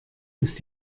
ist